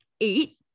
eight